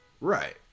right